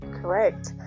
Correct